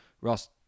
Ross